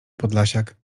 podlasiak